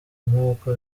nk’uko